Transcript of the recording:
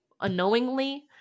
unknowingly